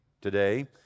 today